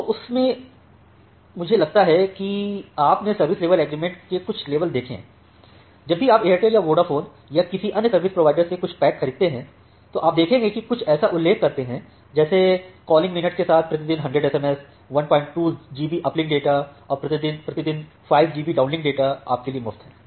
तो उस में मुझे लगता है कि आप ने सर्विस लेवल एग्रीमेंट के कुछ लेवल देखें है जब भी आप एयरटेल या वोडाफोन या किसी अंय सर्विस प्रोवाइडरओं से कुछ पैक खरीद रहे हैं तो आप देखेंगे कि वे कुछ ऐसा उल्लेख करते है जैसे कॉलिंग मिनट के साथ प्रति दिन १०० एसएमएस १२ जीबी अपलिंक डेटा और प्रति दिन 5 जीबी डाउनलिंक डेटा आपके लिए मुफ्त है